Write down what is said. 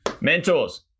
mentors